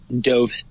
dove